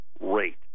rate